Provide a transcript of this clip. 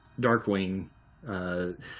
Darkwing